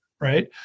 right